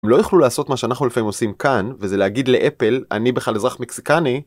הם לא יכולו לעשות מה שאנחנו לפעמים עושים כאן, וזה להגיד ל"אפל", אני בכלל אזרח מקסיקני.